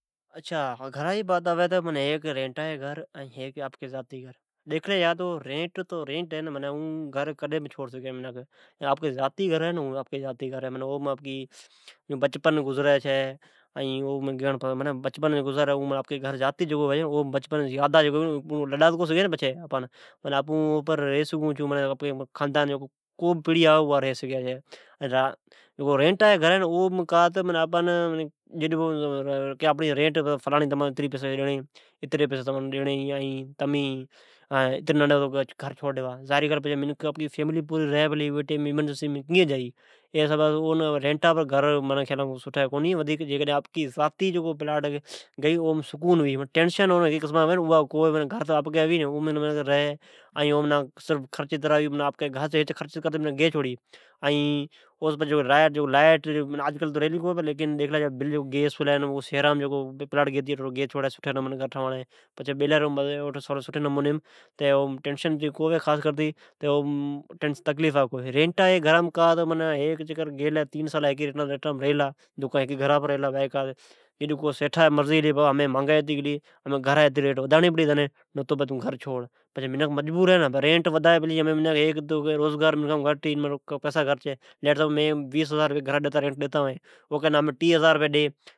اچھا گھرا جی بات آوی چھے تو ھیک گھر آپکی زاتے ھوی چھے این ڈجی رینٹ پر ھوی چھی معنی رینٹا جی گھر تو آپکے تو کو نی ھی اعن تو کدھن بہ چھور سگھی چھے ، آپکے تو آپکے ھئ اوم آپکا بچپن گزرای چھے اوا یادا ھوی چھے این اوم ڈجی آپری پڑے آوی اوا بھہ ری سگھی چھی باقی رینٹی جےتوھی اوی کڈ بھی رینٹ وڈا سگھی آپون فیملی سمید رھون چھون پچھے جکو کئی اواڈئون ڈجئ کاکرون امرجنسمیم کا کرو کٹھے جائون این آپکے زاتے ھوی اوم ٹینسن تو کو ھوی ھیک گھرا جا خرچ ھوی ۔گھر ھیک چکر خرچ کرتے گئ چھوڑی باقی لائیٹ تو ریلے کونی شھرا می گئی سٹے گھر ٹھواڑی تے پچھے ٹینس فری ھتے جا باقی رینٹ جا گھر گئی تو ھر مھنی ٹینسن ابلا رئی۔ جیکڈھن رینٹا پر گھر گیتی بالا ھوین تو مانگائی ڈنو ڈن وڈی پلے اوچھتے اوررینٹ وڈائی پیرین جکو بس ھزار گیتا او ٹی ھزار کی ڈیوا نتو گھر خالی کرا پچھے میکھ کنگی جا